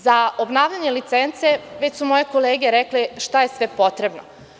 Za obnavljanje licence već su moje kolege rekle šta je sve potrebno.